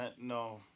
no